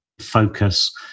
focus